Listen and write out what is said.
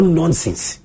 nonsense